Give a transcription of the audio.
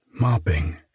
mopping